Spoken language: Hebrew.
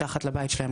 מתחת לבית שלהם,